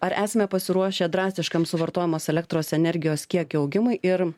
ar esame pasiruošę drastiškam suvartojamos elektros energijos kiekio augimui ir